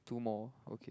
two more okay